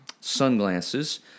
sunglasses